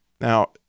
Now